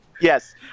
Yes